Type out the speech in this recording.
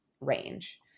range